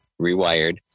Rewired